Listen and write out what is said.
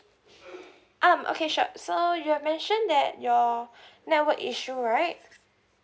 um okay sure so you've mention that your network issue right